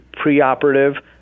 preoperative